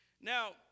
Now